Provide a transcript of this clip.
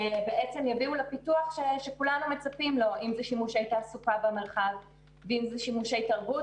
שיביאו לפיתוח שכולנו מצפים לו אם זה שימושי תעסוקה במרחב,